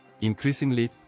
Increasingly